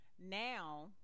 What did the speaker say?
now